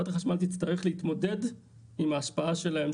חברת החשמל תצטרך להתמודד עם ההשפעה שלהם,